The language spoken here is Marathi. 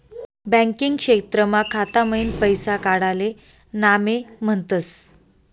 बैंकिंग क्षेत्रमा खाता मईन पैसा काडाले नामे म्हनतस